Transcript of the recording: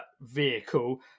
vehicle